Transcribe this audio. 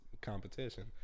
competition